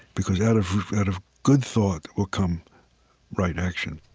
because out of out of good thought will come right action